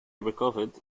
recovered